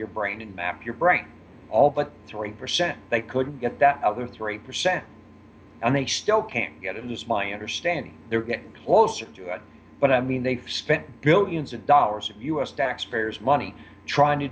your brain and map your bright all but three percent they could get that other three percent and they still can't get it is my understanding they're getting closer to it but i mean they've spent billions of dollars of u s taxpayers money trying to